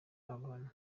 abantu